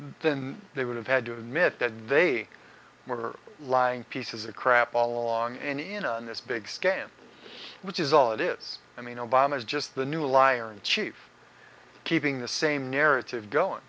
then they would have had to admit that they were lying pieces of crap all along and in on this big scam which is all it is i mean obama is just the new a liar in chief keeping the same narrative going